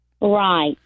Right